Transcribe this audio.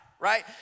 Right